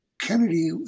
Kennedy